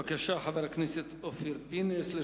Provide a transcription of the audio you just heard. בבקשה, חבר הכנסת אופיר פינס.